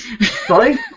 Sorry